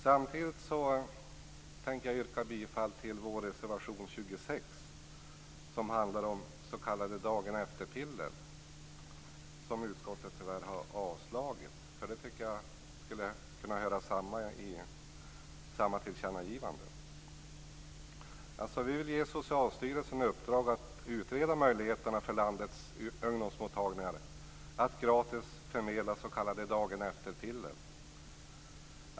Samtidigt tänker jag yrka bifall till reservation 26 som handlar om s.k. dagen-efter-piller. Utskottet har tyvärr avstyrkt reservationen. Jag tycker att utskottet där skulle kunnat göra samma tillkännagivande. Vi vill ge Socialstyrelsen i uppdrag att utreda möjligheterna för landets ungdomsmottagningar att gratis förmedla s.k. dagen-efter-piller.